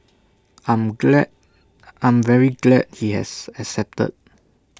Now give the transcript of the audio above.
I'm glad I'm very glad he has accepted